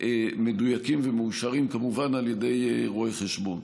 מדויקים ומאושרים כמובן על ידי רואה חשבון.